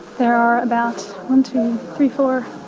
there are about one, two, three, four,